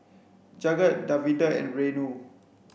Jagat Davinder and Renu